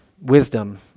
wisdom